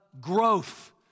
growth